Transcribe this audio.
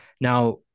Now